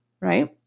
right